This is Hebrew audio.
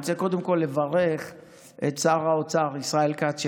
אני רוצה קודם כול לברך את שר האוצר ישראל כץ,